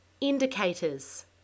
Indicators